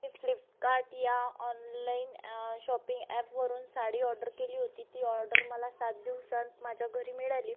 मी Flipkart या online shopping ॲपवरून sari order केली होती ती ऑडर मला सात दिवसात माझ्या घरी मिळाली